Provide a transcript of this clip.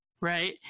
right